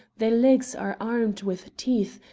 their legs are armed with teeth,